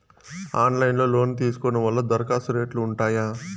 Online లో loan తీసుకోవడం వల్ల దరఖాస్తు రేట్లు ఉంటాయా?